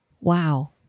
Wow